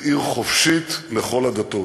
וחופשית לכל הדתות.